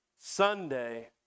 Sunday